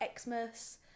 Xmas